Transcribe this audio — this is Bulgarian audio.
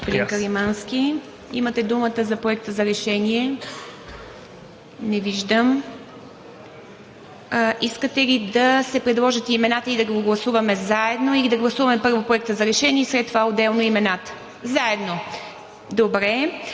Благодаря Ви, господин Каримански. Имате думата за Проекта на решение. Не виждам. Искате ли да се предложат имената и да го гласуваме заедно, или да гласуваме първо Проекта на решение и след това отделно имената?